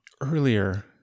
earlier